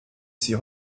sie